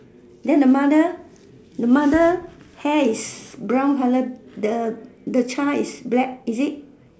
then the mother the mother hair is brown color the the child is black is it